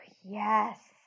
yes